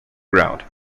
ground